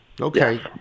Okay